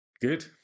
good